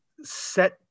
set